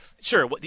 Sure